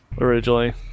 originally